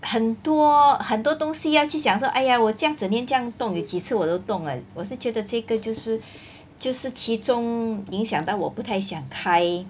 很多很多东西要去想说 !aiya! 我整天这样动有几次我都动 leh 我是觉得这一个就是就是其中影响到我不太想开